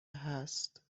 هست